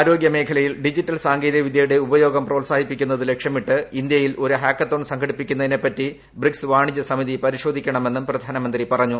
ആരോഗ്യ മേഖലയിൽ ഡിജിറ്റൽ സാങ്കേതികവിദ്യയുടെ ഉപയോഗം പ്രോത്സാഹിപ്പിക്കുന്നത് ലക്ഷ്യമിട്ട് ഇന്ത്യയിൽ ഒരു ഹാക്കത്തോൺ സംഘടിപ്പിക്കുന്നതിനെപ്പറ്റി ബ്രിക്സ് വാണിജ്യ സമിതി പരിശോധിക്കണമെന്നും പ്രധാനമന്ത്രി പറഞ്ഞു